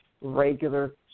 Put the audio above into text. regular